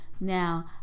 now